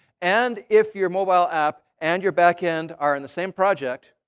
and if you're mobile app and your back-end are in the same project,